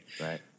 Right